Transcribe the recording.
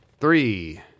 Three